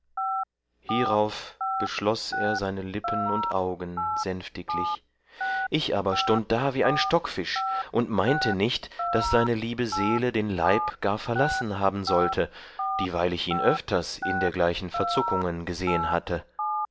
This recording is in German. hierauf beschloß er seine lippen und augen sänftiglich ich aber stund da wie ein stockfisch und meinte nicht daß seine liebe seele den leib gar verlassen haben sollte dieweil ich ihn öfters in dergleichen verzuckungen gesehen hatte